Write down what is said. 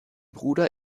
bruder